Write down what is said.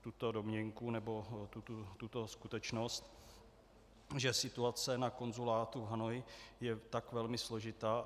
tuto domněnku nebo tuto skutečnost, že situace na konzulátu v Hanoji je tak velmi složitá.